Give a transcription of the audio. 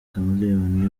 chameleone